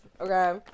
okay